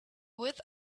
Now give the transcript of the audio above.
with